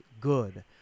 good